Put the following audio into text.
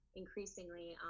increasingly